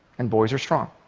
and boys are strong.